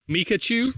Mikachu